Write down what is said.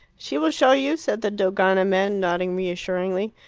she will show you, said the dogana men, nodding reassuringly.